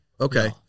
okay